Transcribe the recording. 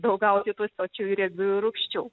daug gauti tų sočiųjų riebiųjų rūgščių